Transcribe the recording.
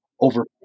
over